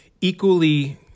equally